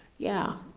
yeah,